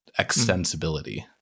extensibility